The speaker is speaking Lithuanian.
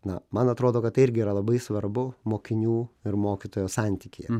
na man atrodo kad tai irgi yra labai svarbu mokinių ir mokytojo santykyje